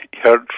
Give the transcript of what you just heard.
heard